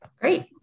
Great